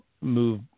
move